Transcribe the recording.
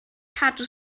cadw